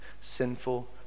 Sinful